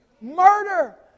murder